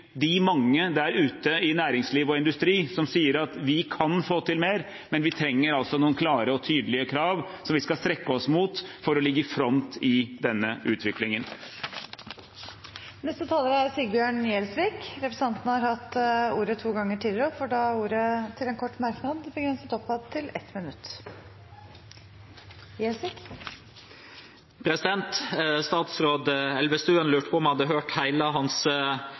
de mange der ute i næringsliv og industri som sier at vi kan få til mer, men vi trenger altså noen klare og tydelige krav som vi skal strekke oss mot for å ligge i front i denne utviklingen. Representanten Sigbjørn Gjelsvik har hatt ordet to ganger tidligere og får ordet til en kort merknad, begrenset til 1 minutt. Statsråd Elvestuen lurte på om jeg hadde hørt hele hans